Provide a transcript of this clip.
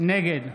נגד